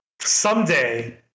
someday